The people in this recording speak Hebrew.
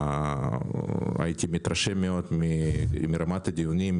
הייתי מתרשם מאוד מרמת הדיונים,